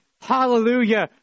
Hallelujah